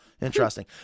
Interesting